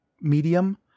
medium